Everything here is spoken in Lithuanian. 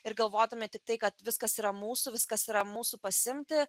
ir galvotume tik tai kad viskas yra mūsų viskas yra mūsų pasiimti